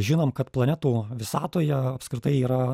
žinom kad planetų visatoje apskritai yra